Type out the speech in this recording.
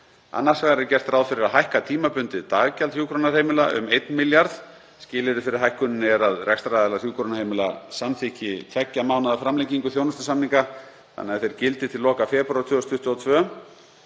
Annars vegar er gert ráð fyrir að hækka tímabundið daggjald hjúkrunarheimila um 1 milljarð. Skilyrði fyrir hækkuninni er að rekstraraðilar hjúkrunarheimila samþykki tveggja mánaða framlengingu þjónustusamninga þannig að þeir gildi til loka febrúar 2022.